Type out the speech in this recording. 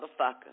motherfucker